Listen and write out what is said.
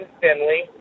Finley